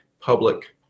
public